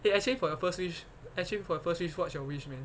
eh actually for your first wish actually for your first wish what's your wish man